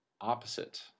opposite